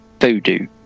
Voodoo